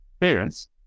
parents